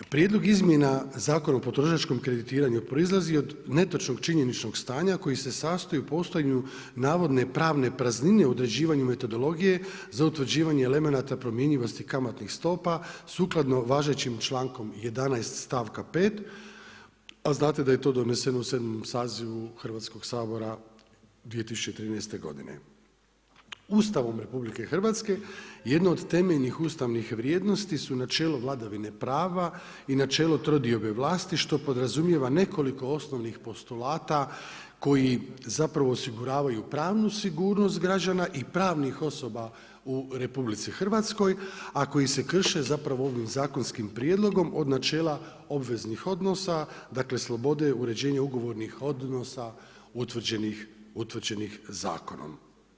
Prijedlog izmjena Zakona o potrošačkog kreditiranju proizlazi od netočnog činjeničkog stanja koji se sastoji u postojanju navodne pravne praznine u određivanju metodologije za utvrđivanja elemenata promjenjivosti kamatnih stopa, sukladno važećim člankom 11. stavka 5. A znate da je to doneseno u 7 sazivu Hrvatskog sabora 2013. g. Ustavom RH, jedno od temeljnih ustavnih vrijednosti su načelo vladavine prava i načelo trodiobe vlasti, što podrazumijeva nekoliko osnovnih postolata koji zapravo osiguravaju pravnu sigurnost građana i pravnih osoba u RH a koji se krše zapravo ovim zakonskim prijedlogom, od načela obveznih odnosa, dakle, sloboda, uređenja ugovornih odnosa utvrđenih zakonom.